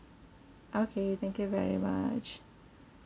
okay thank you very much